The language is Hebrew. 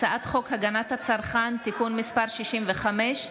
הצעת חוק הגנת הצרכן (תיקון מס' 65),